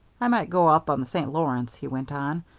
i might go up on the st. lawrence, he went on.